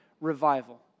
revival